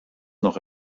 noch